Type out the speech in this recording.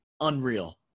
unreal